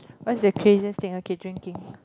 what's the craziest thing okay drinking